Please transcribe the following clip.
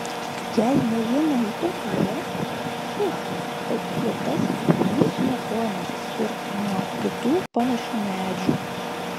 jei ne viena ypatybė šis eukaliptas ničniekuo nesiskirtų nuo kitų panašių medžių